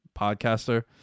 podcaster